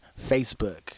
facebook